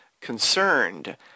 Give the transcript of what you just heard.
concerned